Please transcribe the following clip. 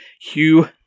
Hugh